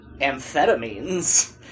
amphetamines